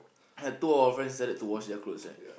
had two our friend started to wash their cloth right